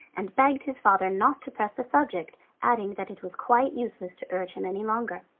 and begged his father not to press the subject, adding that it was quite useless to urge him any longer.